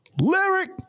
Lyric